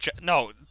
no